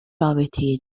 رابطه